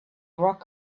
rock